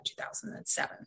2007